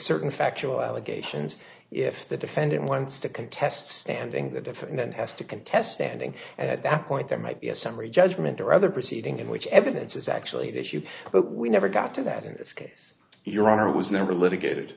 certain factual allegations if the defendant wants to contest standing the defendant has to contest standing at that point there might be a summary judgment or other proceeding in which evidence is actually the issue but we never got to that in this case your honor it was never litigated